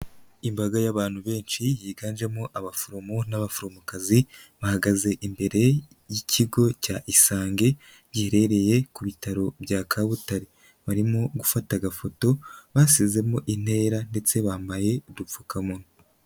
Imbaga y'abantu benshi yiganjemo abaforomo n'abaforomokazi, bahagaze imbere y'ikigo cya isange giherereye ku bitaro bya Kabutare, barimo gufata agafoto basizemo intera ndetse bambaye udupfukamunwa.